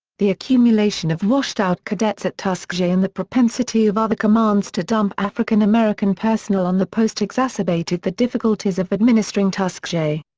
the accumulation of washed-out cadets at tuskegee and the propensity of other commands to dump african-american personnel on the post exacerbated the difficulties of administering tuskegee.